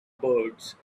birds